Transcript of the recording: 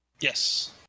Yes